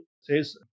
says